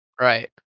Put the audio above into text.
right